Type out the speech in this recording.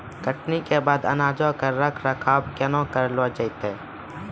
कटनी के बाद अनाजो के रख रखाव केना करलो जैतै?